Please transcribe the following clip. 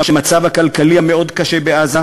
והמצב הכלכלי המאוד קשה בעזה,